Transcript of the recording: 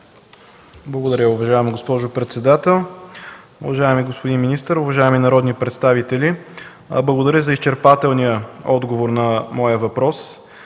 Благодаря Ви, уважаема госпожо председател. Уважаеми господин министър, уважаеми народни представители! Благодаря за изчерпателния отговор на моя въпрос.